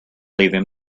believe